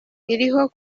iriho